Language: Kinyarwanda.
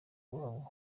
wabo